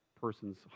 person's